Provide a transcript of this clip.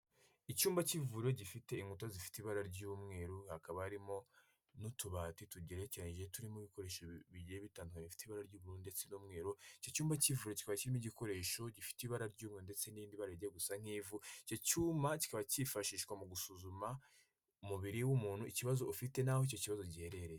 Icyumba cy'ivuriro gifite inkuta zifite ibara ry'umweru, hakaba harimo n'utubati tugerekeranyije turimo ibikoresho bigiye bitanye bifite ibara ry'ubururu ndetse n'umweru, icyo cyumba cy'ivuriro kiba kimo igikoresho gifite ibara ry'umweru ndetse n'irindi bara rijya gusa nk'ivu, icyo cyuma kikaba kifashishwa mu gusuzuma umubiri w'umuntu, ikibazo ufite n'aho icyo kibazo giherereye.